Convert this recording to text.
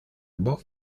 bob